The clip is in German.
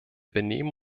benehmen